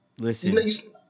Listen